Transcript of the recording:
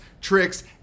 tricks